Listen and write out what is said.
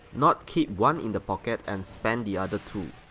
not keep one in the pocket and spend the other two.